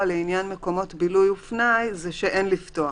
לעניין מקומות בילוי ופנאי זה שאין לפתוח.